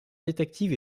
détective